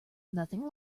nothing